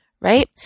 right